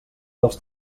dels